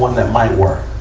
one that might work.